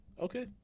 Okay